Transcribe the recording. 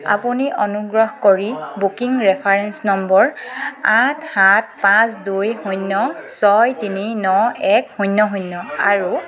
আপুনি অনুগ্ৰহ কৰি বুকিং ৰেফাৰেন্স নম্বৰ আঠ সাত পাঁচ দুই শূন্য ছয় তিনি ন এক শূন্য শূন্য আৰু